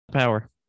Power